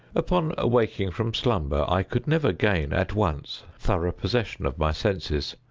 upon awaking from slumber, i could never gain, at once, thorough possession of my senses,